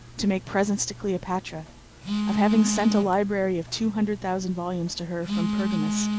to make presents to cleopatra of having sent a library of two hundred thousand volumes to her from pergamus,